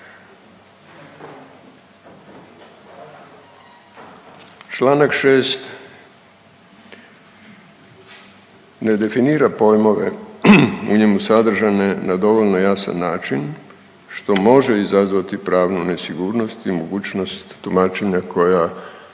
Čl. 6 ne definira pojmove u njemu sadržane na dovoljno jasan način, što može izazvati pravnu nesigurnost i mogućnost tumačenja koja